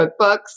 cookbooks